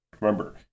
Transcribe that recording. Remember